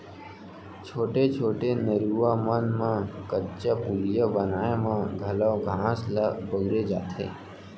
छोटे छोटे नरूवा मन म कच्चा पुलिया बनाए म घलौ बांस ल बउरे जाथे